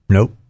Nope